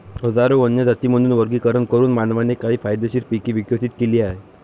हजारो वन्य जातींमधून वर्गीकरण करून मानवाने काही फायदेशीर पिके विकसित केली आहेत